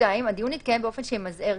(2)הדיון יתקיים באופן שימזער,